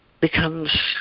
becomes